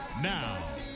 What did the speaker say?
Now